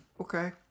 Okay